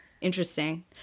interesting